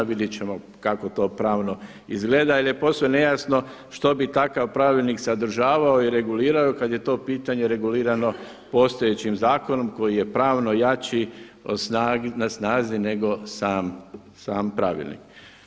Vidjet ćemo kako to pravno izgleda jer je posve nejasno što bi takav pravilnik sadržavao i regulirao kad je to pitanje regulirano postojećim zakonom koji je pravno jači na snazi nego sam pravilnik.